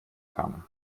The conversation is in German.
kamen